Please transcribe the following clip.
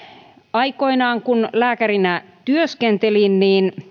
aikoinaan kun lääkärinä työskentelin